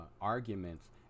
arguments